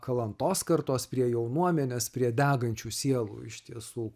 kalantos kartos prie jaunuomenės prie degančių sielų iš tiesų